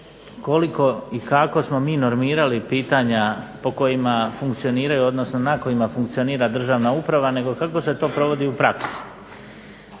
koliko i kako smo mi normirali pitanja na kojima funkcionira državna uprava nego kako se to provodi u praksi.